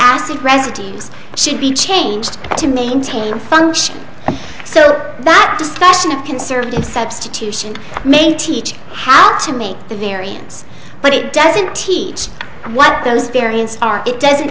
acid residues should be changed to maintain function so that discussion of conservative substitution may teach how to make the variance but it doesn't teach what those variants are it doesn't